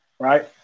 Right